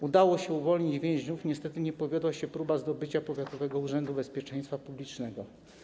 Udało się uwolnić więźniów, niestety nie powiodła się próba zdobycia powiatowego urzędu bezpieczeństwa publicznego.